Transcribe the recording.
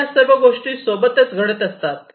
या सर्व गोष्टी सोबत घडत असतात